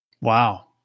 Wow